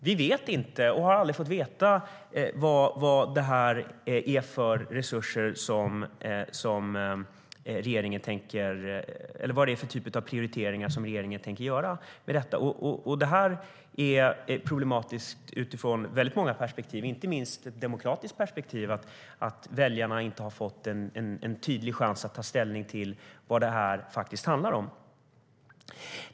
Vi vet inte, och vi har aldrig fått veta, vad det är för typ av prioriteringar som regeringen tänker göra med detta. Det är problematiskt utifrån många perspektiv, inte minst ett demokratiskt perspektiv, att väljarna inte har fått en tydlig chans att ta ställning till vad det här faktiskt handlar om.